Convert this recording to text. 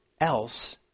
else